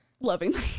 lovingly